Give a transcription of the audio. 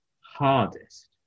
hardest